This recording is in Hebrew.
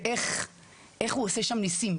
ראיתי איך הוא עושה שם ניסים.